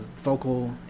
vocal